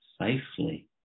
safely